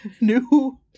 new